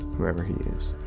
whoever he is.